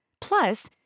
plus